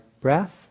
breath